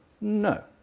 No